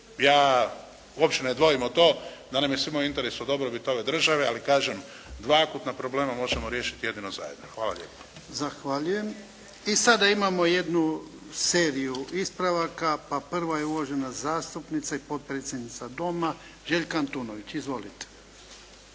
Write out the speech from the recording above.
Ja, uopće ne dvojimo to da nam je svima u interesu dobrobit ove države ali kažem dva akutna problema možemo riješiti jedino zajedno. Hvala lijepo. **Jarnjak, Ivan (HDZ)** Zahvaljujem. I sada imamo jednu seriju ispravaka. Pa prva je uvažena zastupnica i potpredsjednica Doma Željka Antunović. Izvolite.